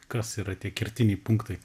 kas yra tie kertiniai punktai